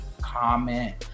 comment